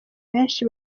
benshi